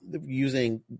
using